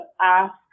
ask